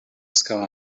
sky